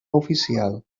oficial